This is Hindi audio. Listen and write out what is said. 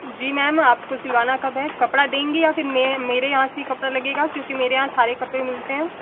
जी मैम आपको सिलवाना कब है कपड़ा देंगी या फिर मे मेरे यहाँ से कपड़ा लगेगा क्योंकि मेरे यहाँ सारे कपड़े मिलते हैं